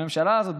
הממשלה הזאת,